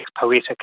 poetic